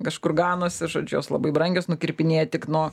kažkur ganosi žodžiu jos labai brangios nukirpinėja tik nuo